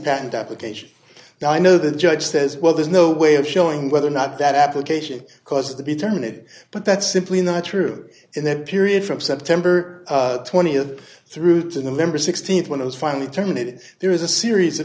patent application that i know the judge says well there's no way of showing whether or not that application caused to be terminated but that's simply not true and that period from september twentieth through to november sixteenth when it was finally terminated there is a series of